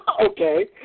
Okay